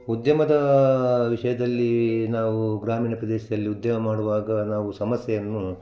ಉದ್ಯಮದ ವಿಷಯದಲ್ಲಿ ನಾವು ಗ್ರಾಮೀಣ ಪ್ರದೇಶದಲ್ಲಿ ಉದ್ಯ ಮಾಡುವಾಗ ನಾವು ಸಮಸ್ಯೆಯನ್ನು